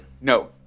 No